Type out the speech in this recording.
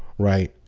right,